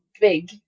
big